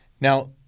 Now